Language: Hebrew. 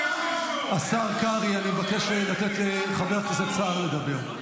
השר קרעי, אני מבקש לתת לחבר הכנסת סער לדבר.